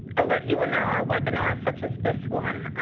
alert you when there are webinars such as this one,